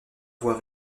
voir